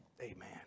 amen